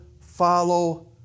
follow